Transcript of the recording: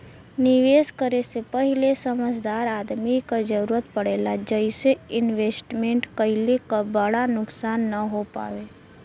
निवेश करे से पहिले समझदार आदमी क जरुरत पड़ेला जइसे इन्वेस्टमेंट कइले क बड़ा नुकसान न हो पावे